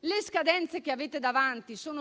Le scadenze che avete davanti sono